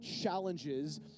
challenges